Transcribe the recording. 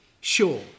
sure